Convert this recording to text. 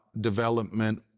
development